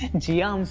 jia,